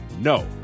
No